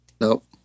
Nope